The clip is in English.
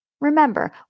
Remember